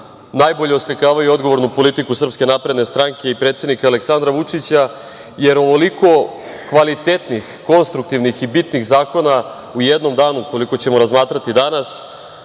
najbolje oslikavaju odgovornu politiku SNS i predsednika Aleksandra Vučića, jer ovoliko kvalitetnih, konstruktivnih i bitnih zakona u jednom danu koliko ćemo razmatrati danas